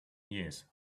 years